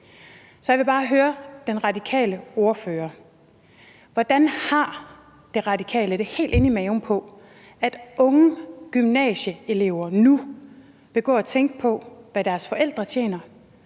Så jeg vil bare høre den radikale ordfører: Hvordan har De Radikale det helt inde i maven med, at unge gymnasieelever nu vil gå og tænke på, hvad deres forældre tjener,